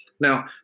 Now